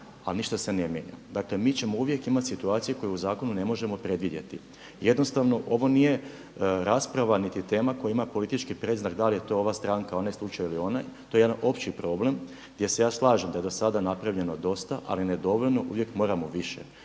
a ništa se ne mijenja. Dakle, mi ćemo uvijek imat situaciju koje u zakonu ne možemo predvidjeti. Jednostavno ovo nije rasprava niti je tema koja ima politički predznak da li je to ova stranka, onaj slučaj ili onaj, to je jedan opći problem gdje se ja slažem da je do sada napravljeno dosta ali ne dovoljno. Uvijek moramo više.